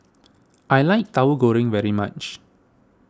I like Tahu Goreng very much